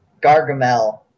Gargamel